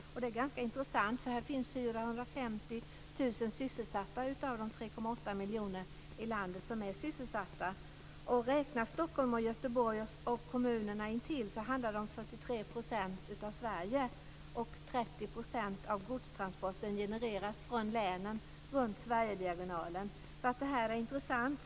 Det är ganska intressant. Här finns 450 000 av de 3,8 miljoner som är sysselsatta i landet. Räknar man Stockholm, Göteborg och kommunerna intill handlar det om 43 % av Sverige. 30 % av godstransporten genereras från länen runt Sverigediagonalen, så det här är intressant.